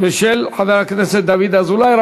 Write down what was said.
ושל חבר הכנסת דוד אזולאי.